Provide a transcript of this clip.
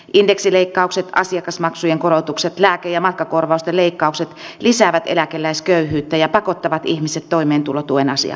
indeksileikkaukset asiakasmaksujen korotukset lääke ja matkakorvausten leikkaukset lisäävät eläkeläisköyhyyttä ja pakottavat ihmiset toimeentulotuen asiakkaiksi